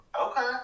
Okay